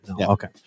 Okay